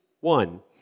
one